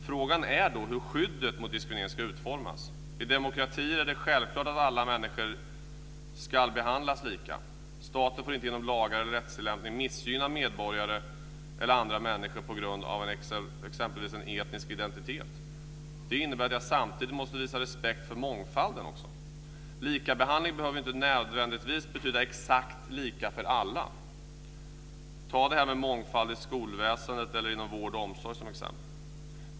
Frågan är då hur skyddet mot diskriminering ska utformas. I en demokrati är det självklart att alla människor ska behandlas lika. Staten får inte genom lagar eller rättstillämpning missgynna medborgare eller andra människor på grund av exempelvis etnisk identitet. Det innebär att jag samtidigt också måste visa respekt för mångfalden. Likabehandling behöver ju inte betyda att det ska vara exakt lika för alla. Man kan ta det här med mångfald inom skolväsendet eller inom vård och omsorg som exempel.